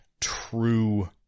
true